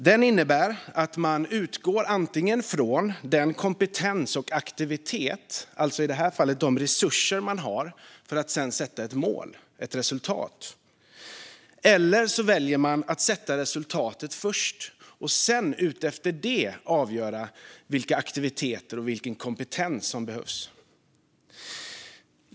Den innebär att man antingen utgår från kompetens och aktivitet - alltså i det här fallet de resurser man har - för att sedan sätta ett mål, ett resultat, eller så väljer man att sätta resultatet först och utifrån detta välja vilka aktiviteter och vilken kompetens som behövs.